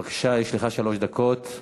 בבקשה, יש לך שלוש דקות.